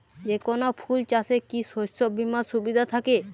যেকোন ফুল চাষে কি শস্য বিমার সুবিধা থাকে?